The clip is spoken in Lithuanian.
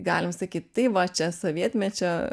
galim sakyt tai va čia sovietmečio